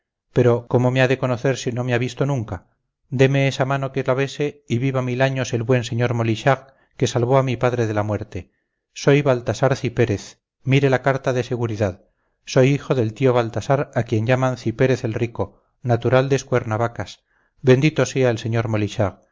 pero cómo me ha de conocer si no me ha visto nunca deme esa mano que la bese y viva mil años el buen sr molichard que salvó a mi padre de la muerte soy baltasar cipérez mire la carta de seguridad soy hijo del tío baltasar a quien llaman cipérez el rico natural de escuernavacas bendito sea el sr